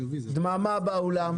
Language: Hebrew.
דממה באולם.